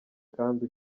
kandi